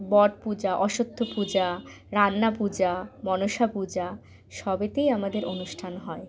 বট পূজা অশ্বত্থ পূজা রান্না পূজা মনসা পূজা সবেতেই আমাদের অনুষ্ঠান হয়